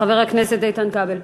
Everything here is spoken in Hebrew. חבר הכנסת איתן כבל,